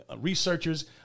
researchers